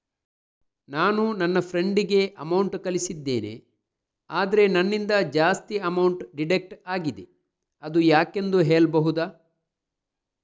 ನಾನು ನನ್ನ ಫ್ರೆಂಡ್ ಗೆ ಅಮೌಂಟ್ ಕಳ್ಸಿದ್ದೇನೆ ಆದ್ರೆ ನನ್ನಿಂದ ಜಾಸ್ತಿ ಅಮೌಂಟ್ ಡಿಡಕ್ಟ್ ಆಗಿದೆ ಅದು ಯಾಕೆಂದು ಹೇಳ್ಬಹುದಾ?